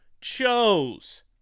chose